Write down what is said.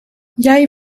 jij